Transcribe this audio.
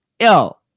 Yo